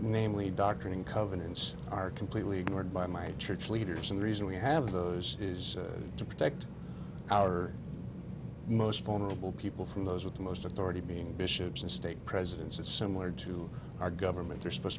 namely doctrine and covenants are completely ignored by my church leaders and the reason we have those is to protect our most vulnerable people from those with the most authority being bishops and stake presidents it's similar to our government they're supposed